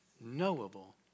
knowable